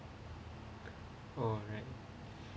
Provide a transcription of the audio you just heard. oh